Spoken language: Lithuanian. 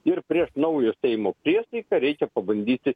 ir prieš naujo seimo priesaiką reikia pabandyti